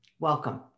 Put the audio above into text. Welcome